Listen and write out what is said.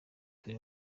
turi